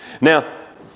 Now